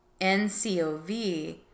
nCoV